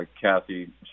Kathy